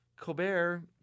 Colbert